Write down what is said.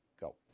go